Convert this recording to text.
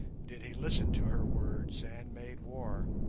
did he listen to her words and made war.